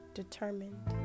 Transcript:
determined